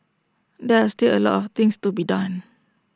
there are still A lot of things to be done